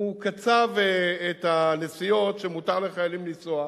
הוא קצב את הנסיעות שמותר לחיילים לנסוע,